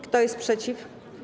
Kto jest przeciw?